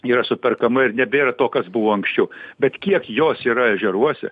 yra superkama ir nebėra to kas buvo anksčiau bet kiek jos yra ežeruose